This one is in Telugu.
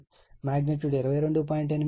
మాగ్నిట్యూడ్ 22